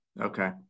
Okay